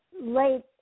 late